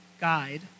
guide